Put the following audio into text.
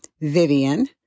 Vivian